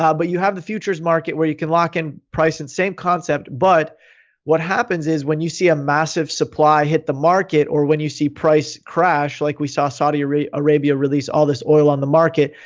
but you have the futures market where you can lock in price in same concept, but what happens is when you see a massive supply hit the market or when you see price crash, like we saw saudi arabia arabia release all this oil on the market,